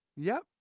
yep.